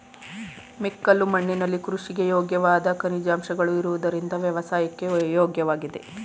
ಮೆಕ್ಕಲು ಮಣ್ಣಿನಲ್ಲಿ ಕೃಷಿಗೆ ಯೋಗ್ಯವಾದ ಖನಿಜಾಂಶಗಳು ಇರುವುದರಿಂದ ವ್ಯವಸಾಯಕ್ಕೆ ಯೋಗ್ಯವಾಗಿದೆ